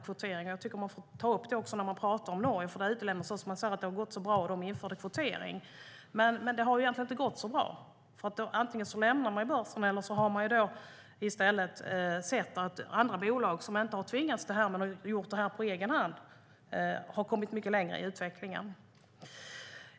Jag tycker att man får ta upp också det när man pratar om Norge, för det utelämnas - man säger att det har gått så bra och att de införde kvotering, men det har egentligen inte gått så bra. Antingen lämnar de börsen eller också har de sett att andra bolag, som inte har tvingats till detta utan gjort det på egen hand, har kommit mycket längre i utvecklingen.